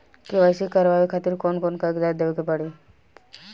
KYC करवावे खातिर कौन कौन कागजात देवे के पड़ी?